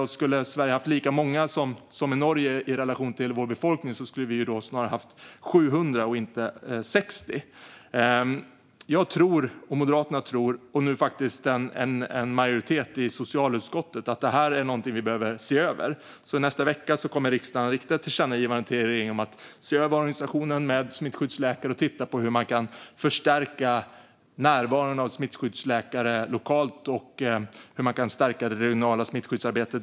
Om Sverige skulle ha haft lika många som Norge i relation till vår befolkning skulle vi snarare ha haft 700 smittskyddsläkare än 60. Jag och Moderaterna, och nu faktiskt också en majoritet i socialutskottet, tror att det här är någonting vi behöver se över. I nästa vecka kommer riksdagen därför att fatta beslut om ett tillkännagivande till regeringen om att se över organisationen med smittskyddsläkare och titta på hur man kan förstärka närvaron av smittskyddsläkare lokalt och stärka det regionala smittskyddsarbetet.